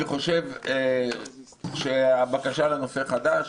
אני חושב שהבקשה לנושא חדש